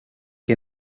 que